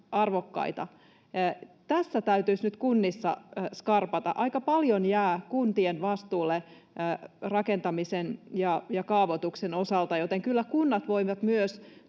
Tässä täytyisi nyt kunnissa skarpata. Aika paljon jää kuntien vastuulle rakentamisen ja kaavoituksen osalta, joten kyllä kunnat voivat myös